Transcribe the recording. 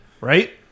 right